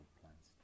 plans